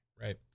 right